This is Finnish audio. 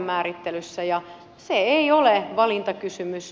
se ei ole valintakysymys